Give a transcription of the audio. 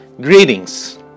Greetings